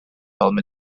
film